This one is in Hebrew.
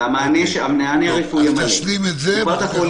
אז תשלים את זה.